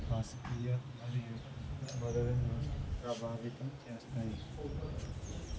సహాయపడి మరియు ప్రభావితం చేస్తాయి